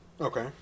Okay